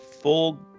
Full